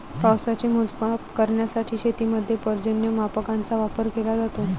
पावसाचे मोजमाप करण्यासाठी शेतीमध्ये पर्जन्यमापकांचा वापर केला जातो